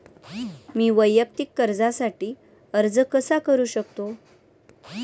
मी वैयक्तिक कर्जासाठी अर्ज कसा करु शकते?